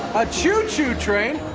a choo choo train?